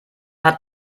hat